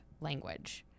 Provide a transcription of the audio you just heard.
language